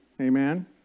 Amen